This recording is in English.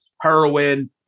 heroin